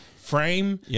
frame